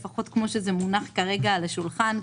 לפחות כפי שזה מונח כרגע על השולחן,